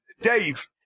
Dave